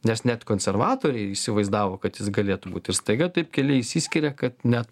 nes net konservatoriai įsivaizdavo kad jis galėtų būt ir staiga taip keliai išsiskiria kad net